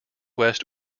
west